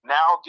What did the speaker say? Now